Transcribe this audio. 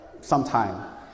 sometime